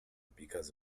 because